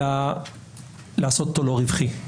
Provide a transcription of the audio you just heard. אלא לעשות אותו לא רווחי.